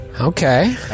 Okay